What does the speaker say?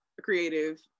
creative